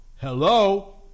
Hello